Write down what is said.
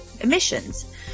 emissions